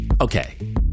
Okay